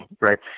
Right